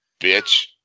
bitch